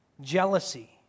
jealousy